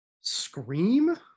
Scream